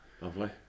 Lovely